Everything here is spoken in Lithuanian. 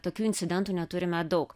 tokių incidentų neturime daug